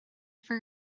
for